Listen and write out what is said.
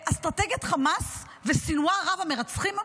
לאסטרטגיית חמאס וסנוואר, רב-המרצחים,